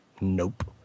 nope